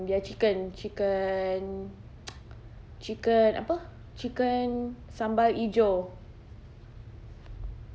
their chicken chicken chicken apa chicken sambal ijo